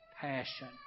passion